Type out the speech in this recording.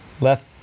left